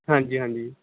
ਹਾਂਜੀ ਹਾਂਜੀ